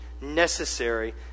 necessary